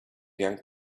young